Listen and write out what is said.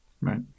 Right